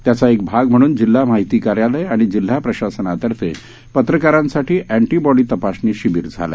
त्याचा एक भाग म्हणून जिल्हा माहिती कार्यालय आणि जिल्हा प्रशासनातर्फे पत्रकारांसाठी अँटीबॉडी तपासणी शिबिर झालं